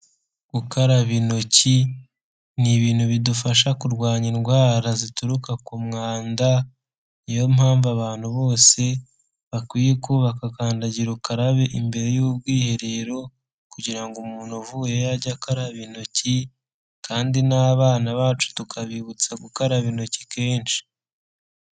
Gukaraba intoki ni ibintu bidufasha kurwanya indwara zituruka ku mwanda, ni yo mpamvu abantu bose bakwiye kubaka kandagira ukarabe imbere y'ubwiherero, kugira ngo umuntu uvuyeyo ajye akaraba intoki kandi n'abana bacu tukabibutsa gukaraba intoki kenshi.